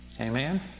Amen